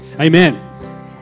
Amen